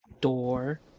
door